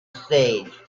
stage